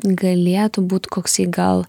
galėtų būt koksai gal